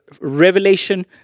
revelation